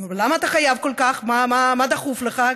ולמה אתה חייב כל כך, מה דחוף לך?